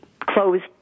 closed